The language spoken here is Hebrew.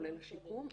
כולל השיקום?